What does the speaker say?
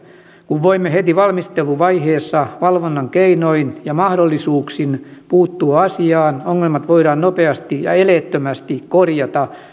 kun voimme heti valmisteluvaiheessa valvonnan keinoin ja mahdollisuuksin puuttua asiaan ongelmat voidaan nopeasti ja eleettömästi korjata